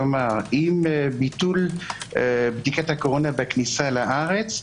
כלומר עם ביטול בדיקת הקורונה בכניסה לארץ,